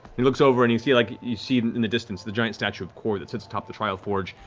he looks over, and you see like you see in the distance, the giant statue of kord that sits atop the trial forge.